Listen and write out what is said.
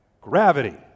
Gravity